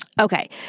Okay